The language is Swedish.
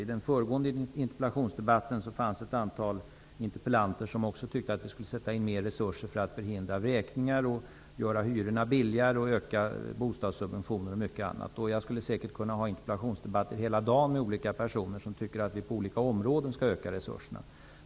I den föregående interpellationsdebatten tyckte ett antal ledamöter att vi skall sätta in mer resurser för att förhindra vräkningar, få hyrorna lägre, öka bostadssubventionerna och mycket annat. Jag skulle säkert kunna ha interpellationsdebatter hela dagen med olika personer som tycker att vi på olika områden skall öka resurserna.